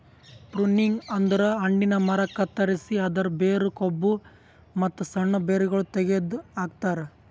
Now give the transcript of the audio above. pruning ಅಂದುರ್ ಹಣ್ಣಿನ ಮರ ಕತ್ತರಸಿ ಅದರ್ ಬೇರು, ಕೊಂಬು, ಮತ್ತ್ ಸಣ್ಣ ಬೇರಗೊಳ್ ತೆಗೆದ ಹಾಕ್ತಾರ್